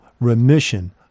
remission